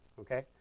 Okay